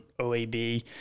OAB